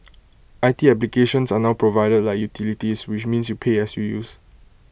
IT applications are now provided like utilities which means you pay as you use